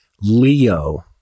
Leo